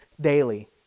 daily